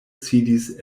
sidis